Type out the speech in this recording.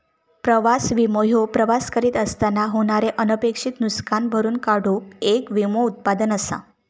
प्रवास विमो ह्यो प्रवास करीत असताना होणारे अनपेक्षित नुसकान भरून काढूक येक विमो उत्पादन असा